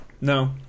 No